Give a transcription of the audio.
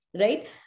Right